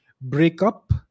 breakup